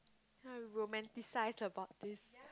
I am romanticize about this